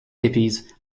hippies